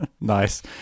nice